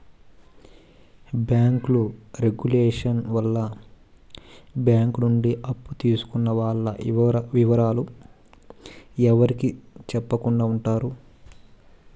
bank regulation వల్ల bank నుండి అప్పు తీసుకున్న వాల్ల ఇవరాలు ఎవరికి సెప్పకుండా ఉంటాయి